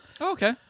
Okay